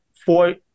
four